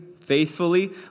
faithfully